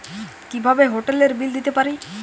কিভাবে হোটেলের বিল দিতে পারি?